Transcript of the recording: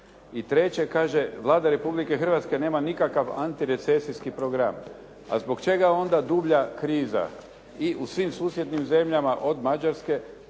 I treće kaže, Vlada Republike Hrvatske nema nikakav antirecesijski program a zbog čega je onda dublja kriza i u svim susjednim zemljama od Mađarske.